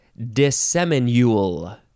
disseminule